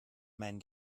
mein